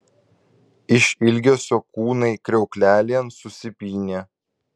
iš ilgesio kūnai kriauklelėn susipynė